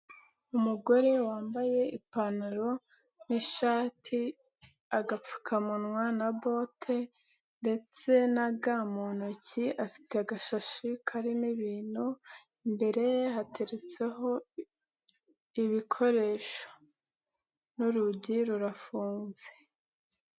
Umugore wambaye ipantaro n'ishati, agapfukamunwa na bote ndetse na ga mu ntoki, afite agashashi karimo ibintu, imbere ye hateretseho ibikoresho n'urugi rurafunze.